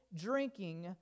drinking